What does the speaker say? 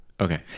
Okay